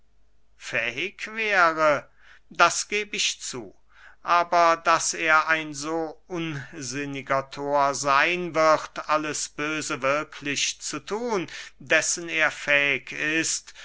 fähig wäre das geb ich zu aber daß er ein so unsinniger thor seyn wird alles böse wirklich zu thun dessen er fähig ist